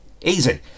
Easy